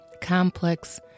complex